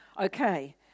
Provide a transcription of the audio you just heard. okay